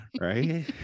right